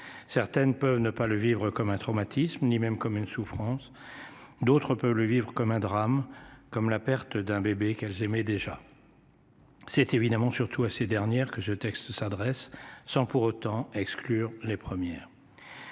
certaines peut ne pas le vivre comme un traumatisme, ni même comme une souffrance. D'autres peut le vivre comme un drame comme la perte d'un bébé qu'elles aimaient déjà. C'est évidemment surtout à ces dernières que ce texte s'adresse sans pour autant exclure les premières.